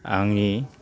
आंनि